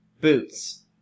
Boots